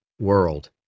world